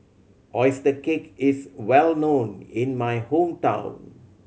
oyster cake is well known in my hometown